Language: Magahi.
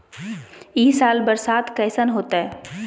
ई साल बरसात कैसन होतय?